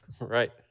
Right